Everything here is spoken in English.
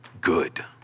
good